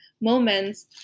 moments